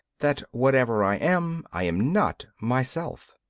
that whatever i am, i am not myself.